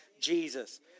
Jesus